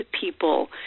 people